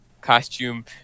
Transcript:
costume